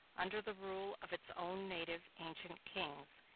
under the rule of its own native ancient kings.